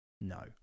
no